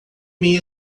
minha